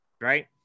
right